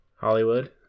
Hollywood